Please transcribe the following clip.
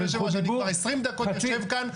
אדוני היושב-ראש, אני כבר 20 דקות יושב כאן.